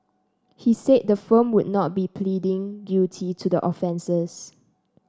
he said the firm would not be pleading guilty to the offences